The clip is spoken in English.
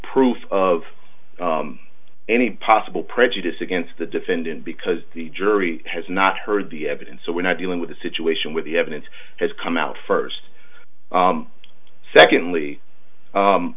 proof of any possible prejudice against the defendant because the jury has not heard the evidence so we're not dealing with a situation with the evidence has come out first secondly